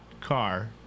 car